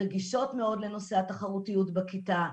רגישות מוד לנושא התחרותיות בכיתה,